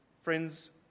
Friends